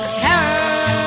terror